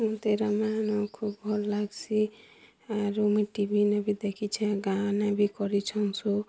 ମତେ ରାମାୟଣ ଖୁବ୍ ଭଲ୍ ଲାଗସି ଆରୁ ମୁଇଁ ଟିଭିନେ ବି ଦେଖିଛେଁ ଗାଁନେ ବି କରିଛୁଁ ସୋ